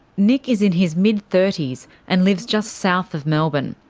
nick is in his mid thirty s, and lives just south of melbourne.